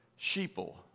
sheeple